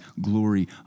glory